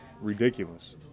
ridiculous